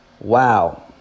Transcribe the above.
Wow